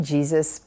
Jesus